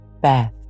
Beth